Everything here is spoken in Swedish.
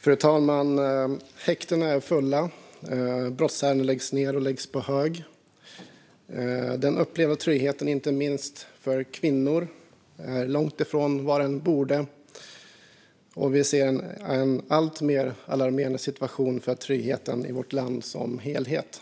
Fru talman! Häktena är fulla. Brottsärenden läggs ned och läggs på hög. Den upplevda tryggheten är långt ifrån vad den borde vara, inte minst för kvinnor. Vi ser också en alltmer alarmerande situation vad gäller tryggheten i vårt land som helhet.